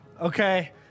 Okay